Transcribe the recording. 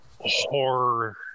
horror